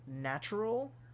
natural